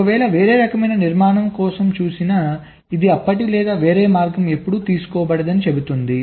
ఒకవేళ వేరే రకమైన నిర్మాణం కోసం చూసిన ఇది అప్పటి లేదా వేరే మార్గం ఎప్పుడూ తీసుకోబడదని చెబుతుంది